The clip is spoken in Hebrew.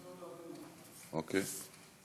אוקיי.